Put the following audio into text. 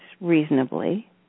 reasonably